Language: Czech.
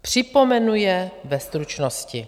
Připomenu je ve stručnosti.